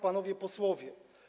Panowie Posłowie!